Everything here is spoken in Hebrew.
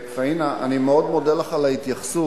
פאינה, אני מאוד מודה לך על ההתייחסות,